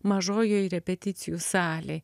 mažojoj repeticijų salėj